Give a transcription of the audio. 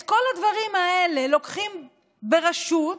את כל הדברים האלה לוקחים ברשות,